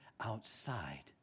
outside